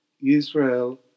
Israel